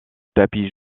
tapis